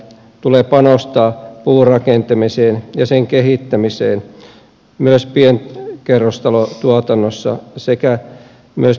tulee panostaa puurakentamiseen ja sen kehittämiseen myös pienkerrostalotuotannossa sekä myös pientaloissa